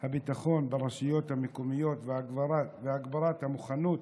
הביטחון ברשויות המקומיות והגברת המוכנות